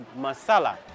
masala